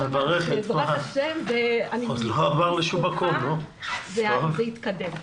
בעזרת השם ובזכותך זה יתקדם.